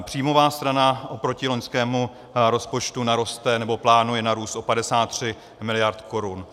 Příjmová strana oproti loňskému rozpočtu naroste, nebo plánuje narůst o 53 mld. korun.